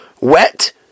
wet